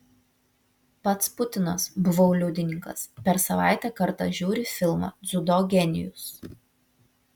pats putinas buvau liudininkas per savaitę kartą žiūri filmą dziudo genijus